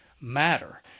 matter